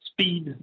speed